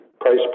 price